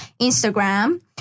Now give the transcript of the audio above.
Instagram